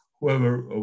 whoever